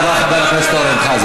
ותודה לאורן חזן.